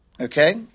Okay